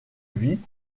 vie